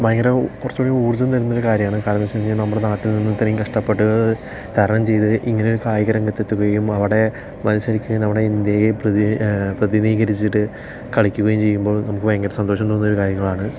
ഭയങ്കര കുറച്ചും കൂടി ഊർജ്ജം തരുന്ന ഒരു കാര്യമാണ് കാരണം എന്താണെന്ന് വെച്ച് കഴിഞ്ഞാൽ നമ്മുടെ നാട്ടിൽ നിന്ന് ഇത്രയും കഷ്ടപ്പെട്ട് തരണം ചെയ്ത് ഇങ്ങനെ ഒരു കായികരംഗത്ത് എത്തുകയും അവിടെ മത്സരിക്കാൻ അവിടെ ഇന്ത്യയെ പ്രതി പ്രതിനിധീകരിച്ചിട്ട് കളിക്കുകയും ചെയ്യുമ്പോൾ നമുക്ക് ഭയങ്കര സന്തോഷം തോന്നുന്ന ഒരു കാര്യങ്ങളാണ്